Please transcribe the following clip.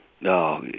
No